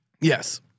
Yes